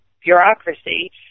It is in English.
bureaucracy